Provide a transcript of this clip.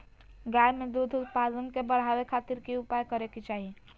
गाय में दूध उत्पादन के बढ़ावे खातिर की उपाय करें कि चाही?